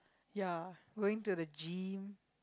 ya going to the gym